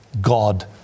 God